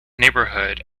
neighborhood